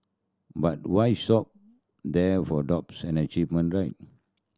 but why there for doubts achievement right